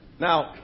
Now